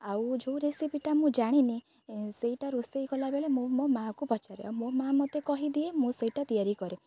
ଆଉ ଯେଉଁ ରେସିପିଟା ମୁଁ ଜାଣିନି ସେଇଟା ରୋଷେଇ କଲାବେଳେ ମୁଁ ମୋ ମା'କୁ ପଚାରେ ଆଉ ମୋ ମା' ମୋତେ କହିଦିଏ ମୁଁ ସେଇଟା ତିଆରି କରେ